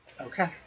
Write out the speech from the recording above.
Okay